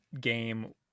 game